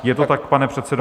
Je to tak, pane předsedo?